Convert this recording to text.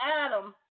Adam